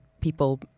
people